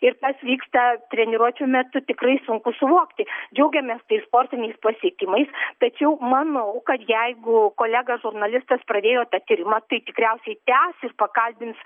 ir kas vyksta treniruočių metu tikrai sunku suvokti džiaugiamės tais sportiniais pasiekimais tačiau manau kad jeigu kolega žurnalistas pradėjo tą tyrimą tai tikriausiai tęsis pakalbins